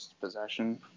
possession